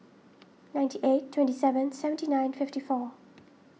ninety eight twenty seven seventy nine fifty four